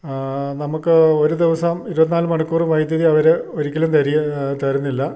നമുക്ക് ഒരു ദിവസം ഇരുപത്തിനാല് മണിക്കൂറ് വൈദ്യുതി അവർ ഒരിക്കലും തരുന്നില്ല